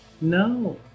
No